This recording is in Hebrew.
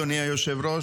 אדוני היושב-ראש,